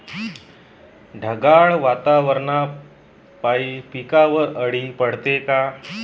ढगाळ वातावरनापाई पिकावर अळी पडते का?